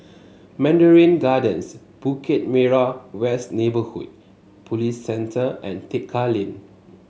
Mandarin Gardens Bukit Merah West Neighbourhood Police Centre and Tekka Lane